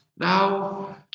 Now